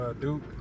Duke